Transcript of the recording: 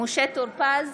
משה טור פז,